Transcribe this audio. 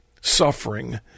suffering